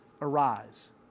arise